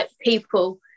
people